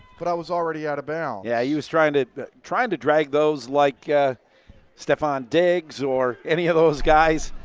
but i was already out of bounds. yeah, he was trying to trying to drag those like stefon diggs or any of those guys.